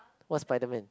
what spiderman